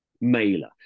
Mailer